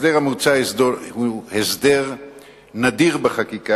לחוק סדר הדין הפלילי ,